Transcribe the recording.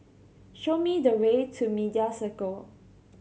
show me the way to Media Circle